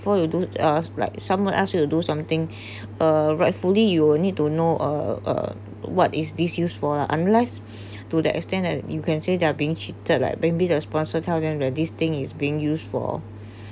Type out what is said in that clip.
before you do it uh like someone ask you do something uh rightfully you need to know uh uh what is this use for lah unless to the extent that you can see they are being cheated like bring me the sponsor tell them these thing is being used for